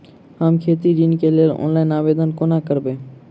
हम खेती ऋण केँ लेल ऑनलाइन आवेदन कोना करबै?